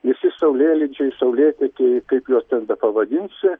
visi saulėlydžiai saulėtekiai kaip juos ten bepavadinsi